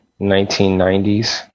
1990s